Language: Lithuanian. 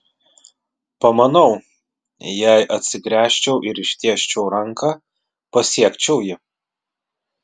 pamanau jei atsigręžčiau ir ištiesčiau ranką pasiekčiau jį